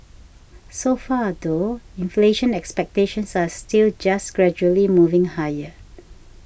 so far though inflation expectations are still just gradually moving higher